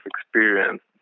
experience